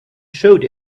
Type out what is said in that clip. showed